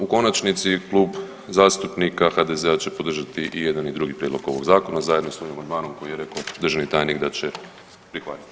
U konačnici Klub zastupnika HDZ-a će podržati i jedan i drugi prijedlog ovog zakona zajedno sa ovim amandmanom koji je rekao državni tajnik da će prihvatiti.